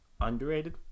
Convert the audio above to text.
underrated